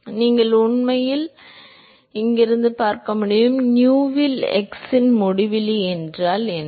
எனவே நீங்கள் உண்மையில் உள்ளது என்று பார்க்க முடியும் nu இல் x இல் முடிவிலி என்றால் என்ன